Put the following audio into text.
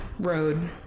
road